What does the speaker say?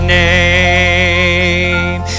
name